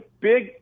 big